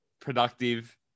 productive